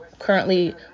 currently